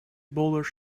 boulders